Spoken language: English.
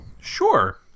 Sure